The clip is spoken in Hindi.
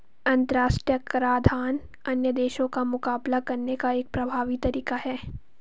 अंतर्राष्ट्रीय कराधान अन्य देशों का मुकाबला करने का एक प्रभावी तरीका है